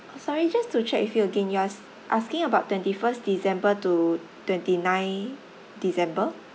sorry just to check with you again you're ask~ asking about twenty first december to twenty nine december